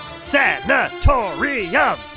Sanatoriums